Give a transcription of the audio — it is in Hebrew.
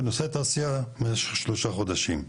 בנושאי תעשייה משך שלושה חודשים.